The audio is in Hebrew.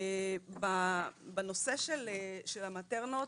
בנושא של המטרנות,